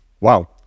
Wow